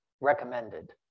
recommended